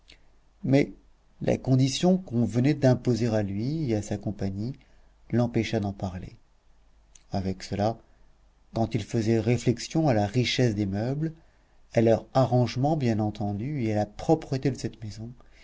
mais la condition qu'on venait d'imposer à lui et à sa compagnie l'empêcha d'en parler avec cela quand il faisait réflexion à la richesse des meubles à leur arrangement bien entendu et à la propreté de cette maison